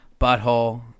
butthole